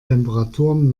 temperaturen